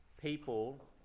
people